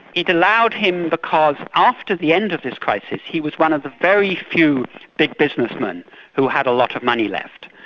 it allowed him because after the end of this crisis, he was one of the very few big businessmen who had a lot of money left.